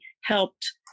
helped